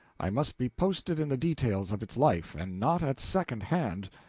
i must be posted in the details of its life, and not at second hand,